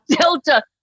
Delta